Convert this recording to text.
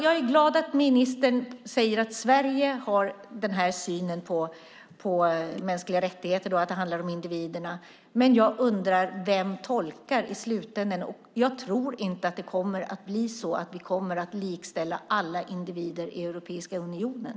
Jag är glad att ministern säger att Sverige har den synen på mänskliga rättigheter att det handlar om individer. Men jag undrar: Vem tolkar i slutändan? Jag tror inte att vi kommer att likställa alla individer i Europeiska unionen.